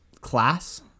class